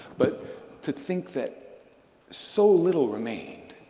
but to think that so little remained,